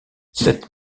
cette